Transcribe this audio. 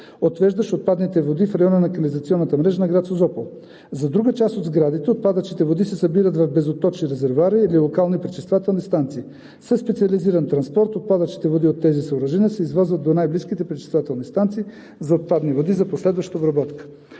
отвеждащ отпадните води в района на канализационната мрежа на град Созопол. За друга част от сградите отпадъчните води се събират в безотточни резервоари или локални пречиствателни станции. Със специализиран транспорт отпадъчните води от тези съоръжения се извозват до най-близките пречиствателни станции за отпадни води за последваща обработка.